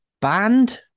band